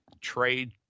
trade